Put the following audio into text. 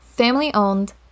family-owned